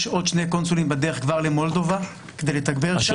יש עוד שני קונסולים בדרך למולדובה כדי לתגבר שם.